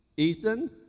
Ethan